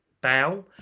bow